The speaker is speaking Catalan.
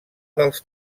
dels